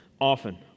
often